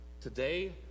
today